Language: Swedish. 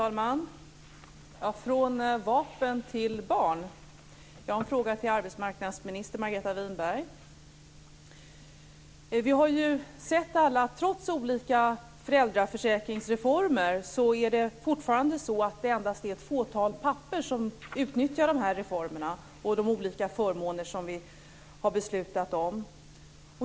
Fru talman! Från vapen till barn. Jag har en fråga till arbetsmarknadsminister Margareta Winberg. Trots olika föräldraförsäkringsreformer är det fortfarande endast ett fåtal pappor som utnyttjar de reformer och olika förmåner som vi har beslutat om.